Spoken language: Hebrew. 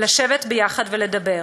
לשבת יחד ולדבר.